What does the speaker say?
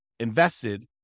invested